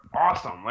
awesome